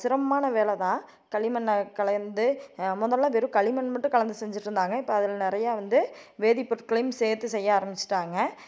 சிரமமான வேலைதான் களிமண்ணை கலந்து முன்னெல்லாம் வெறும் களிமண் மட்டும் கலந்து செஞ்சுட்டு இருந்தாங்க இப்போ அதில் நிறையா வந்து வேதிப் பொருட்களையும் சேர்த்து செய்ய ஆரம்பித்துட்டாங்க